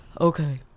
Okay